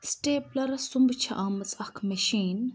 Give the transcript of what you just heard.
staplers سُمب چھِ آمٕژ اَکھ مِشین